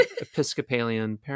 Episcopalian